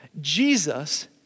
Jesus